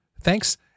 Thanks